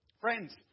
Friends